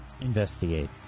Investigate